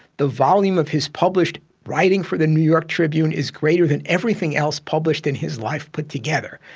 the volume of his published writings for the new york tribune is greater than everything else published in his life put together.